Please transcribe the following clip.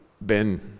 Ben